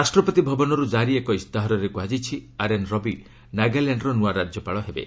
ରାଷ୍ଟ୍ରପତି ଭବନରୁ କାରି ଏକ ଇସ୍ତାହାରରେ କୁହାଯାଇଛି ଆର୍ଏନ୍ ରବି ନାଗାଲାଣ୍ଡର ନୂଆ ରାଜ୍ୟପାଳ ହେବେ